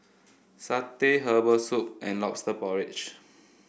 satay Herbal Soup and lobster porridge